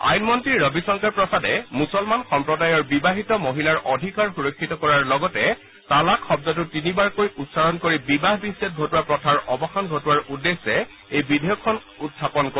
আইনমন্ত্ৰী ৰবীশংকৰ প্ৰসাদে মুছলমান সম্প্ৰদায়ৰ বিবাহিত মহিলাৰ অধিকাৰ সুৰক্ষিত কৰাৰ লগতে তালাক শব্দটো তিনিবাৰকৈ উচ্চাৰণ কৰি বিবাহ বিচ্চেদ ঘটোৱা প্ৰথাৰ অৱসান ঘটোৱাৰ উদ্দেশ্যে এই বিধেয়কখন উখাপন কৰিব